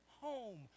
home